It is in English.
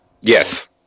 Yes